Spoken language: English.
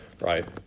right